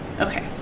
Okay